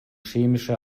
chemische